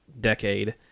decade